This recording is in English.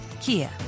Kia